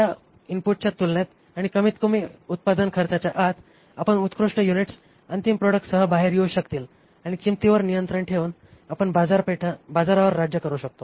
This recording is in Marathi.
दिलेल्या इनपुटच्या तुलनेत आणि कमीतकमी उत्पादन खर्चाच्या आत आपण उत्कृष्ट युनिट्स अंतिम प्रोडक्ट्ससह बाहेर येऊ शकतील आणि किंमतींवर नियंत्रण ठेवून आपण बाजारावर राज्य करू शकतो